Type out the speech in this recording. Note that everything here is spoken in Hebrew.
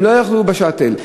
הם לא יכלו, ב"שאטל".